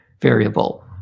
variable